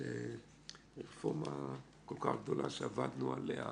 שרפורמה כל כך גדולה שעבדנו עליה